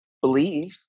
believe